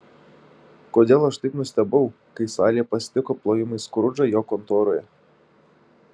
kodėl aš taip nustebau kai salė pasitiko plojimais skrudžą jo kontoroje